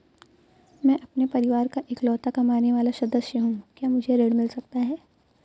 मैं अपने परिवार का इकलौता कमाने वाला सदस्य हूँ क्या मुझे ऋण मिल सकता है?